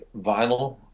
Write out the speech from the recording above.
vinyl